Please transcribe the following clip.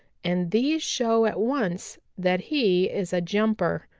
and these show at once that he is a jumper.